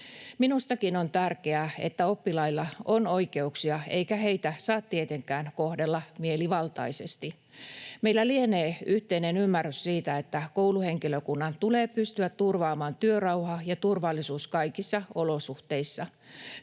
Minustakin on tärkeää, että oppilailla on oikeuksia, eikä heitä saa tietenkään kohdella mielivaltaisesti. Meillä lienee yhteinen ymmärrys siitä, että kouluhenkilökunnan tulee pystyä turvaamaan työrauha ja turvallisuus kaikissa olosuhteissa.